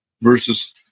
versus